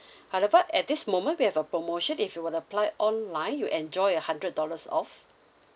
however at this moment we have a promotion if you were to apply online you enjoy a hundred dollars off